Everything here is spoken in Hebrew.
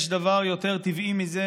יש דבר יותר טבעי מזה?